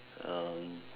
um